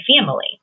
family